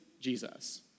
Jesus